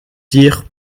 dire